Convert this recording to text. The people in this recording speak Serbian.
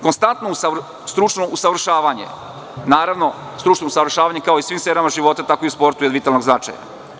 Konstantno stručno usavršavanje, naravno, stručno usavršavanje kao i svim sferama života tako i u sportu je od vitalnog značaja.